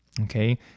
okay